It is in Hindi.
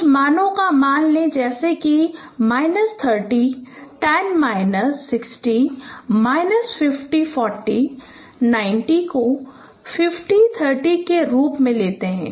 कुछ मानों को मान लें जैसे माइनस 30 10 माइनस 60 माइनस 50 40 90 को 15 30 के रूप में लेते हैं